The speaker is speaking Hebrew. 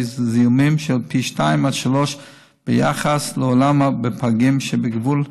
זיהומים ביחס לעולם בפגים שבגבול החיות,